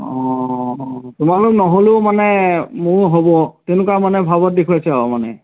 অঁ তোমালোক নহ'লেও মানে মোৰো হ'ব তেনেকুৱা মানে ভাৱত দেখুৱাইছে আৰু মানে